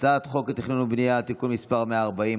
הצעת חוק התכנון והבנייה (תיקון מס' 140),